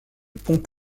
pont